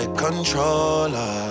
controller